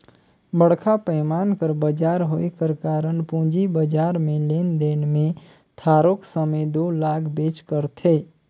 बड़खा पैमान कर बजार होए कर कारन पूंजी बजार में लेन देन में थारोक समे दो लागबेच करथे